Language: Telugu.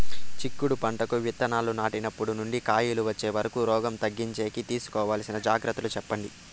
చిక్కుడు పంటకు విత్తనాలు నాటినప్పటి నుండి కాయలు వచ్చే వరకు రోగం తగ్గించేకి తీసుకోవాల్సిన జాగ్రత్తలు చెప్పండి?